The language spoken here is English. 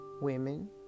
women